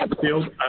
field